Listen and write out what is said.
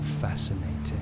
fascinating